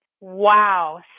Wow